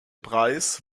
preis